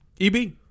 EB